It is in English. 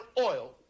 oil